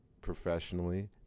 professionally